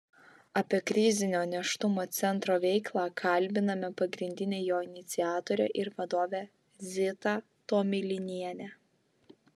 apie krizinio nėštumo centro veiklą kalbiname pagrindinę jo iniciatorę ir vadovę zitą tomilinienę